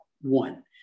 one